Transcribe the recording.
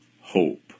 hope